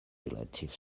relative